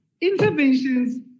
interventions